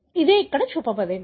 ఇదే ఇక్కడ చూపబడింది